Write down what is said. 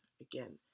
Again